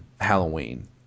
halloween